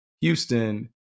Houston